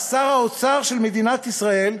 שר האוצר של מדינת ישראל,